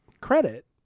credit